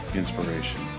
inspiration